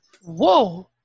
Whoa